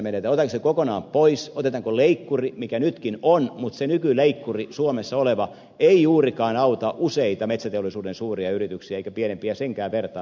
otetaanko se kokonaan pois otetaanko leikkuri mikä nytkin on mutta se suomessa oleva nykyleikkuri ei juurikaan auta useita metsäteollisuuden suuria yrityksiä eikä pienempiä senkään vertaa pienempiä ei ollenkaan